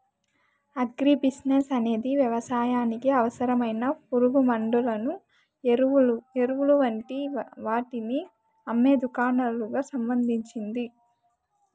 agri business అనేది వ్యవసాయానికి అవసరమైన పురుగుమండులను, ఎరువులు వంటి వాటిని అమ్మే దుకాణాలకు సంబంధించింది